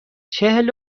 چهل